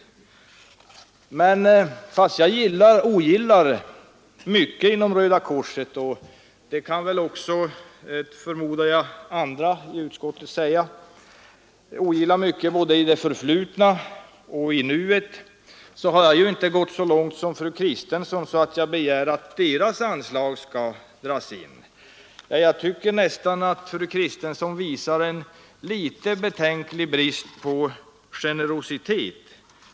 3 april 1974 Men trots att jag ogillar mycket av Röda korsets verksamhet, både i —L ——— det förflutna och i nuet — och det kan väl också andra i utskottet säga, Anslag till kriminalvården förmodar jag — har jag inte gått så långt som fru Kristensson och begärt att Röda korsets anslag skall dras in. Jag tycker nästan att fru Kristensson visar en något betänklig brist på generositet.